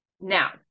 Now